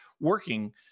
working